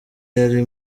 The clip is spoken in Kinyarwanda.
yari